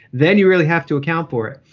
then you really have to account for it.